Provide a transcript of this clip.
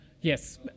Yes